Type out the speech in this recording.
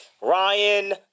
Ryan